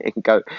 go